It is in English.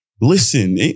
Listen